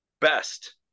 best